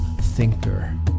thinker